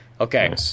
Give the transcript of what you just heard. okay